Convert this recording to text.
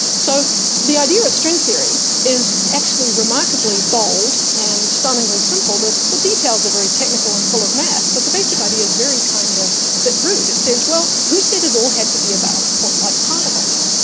so the idea of string theory is actually remarkably bold and stunningly simple. the the details are very technical, and full of math, but the basic idea is very kind of. a bit rude. it says, well, who said it all had to be about point light particles?